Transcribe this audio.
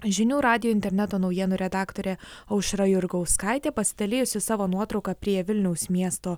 žinių radijo interneto naujienų redaktorė aušra jurgauskaitė pasidalijusi savo nuotrauka prie vilniaus miesto